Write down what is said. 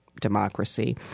democracy